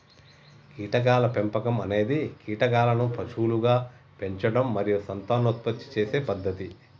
కీటకాల పెంపకం అనేది కీటకాలను పశువులుగా పెంచడం మరియు సంతానోత్పత్తి చేసే పద్ధతి